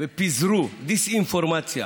ופיזרו דיסאינפורמציה